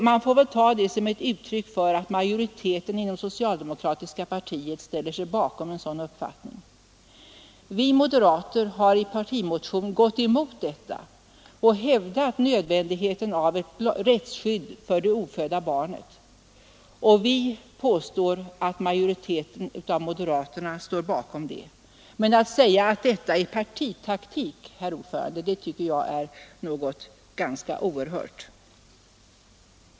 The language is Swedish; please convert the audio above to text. Man får väl ta det som ett uttryck för att majoriteten inom det socialdemokratiska partiet ställer sig bakom en sådan uppfattning. Vi moderater har i en partimotion gått emot propositionen och hävdat nödvändigheten av ett rättsskydd för det ofödda barnet. Detta är ett uttryck för att majoriteten av moderaterna står bakom vårt förslag. Att säga att detta är partitaktik, herr talman, är något oerhört.